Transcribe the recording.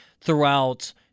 throughout